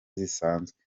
zisanzwe